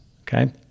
okay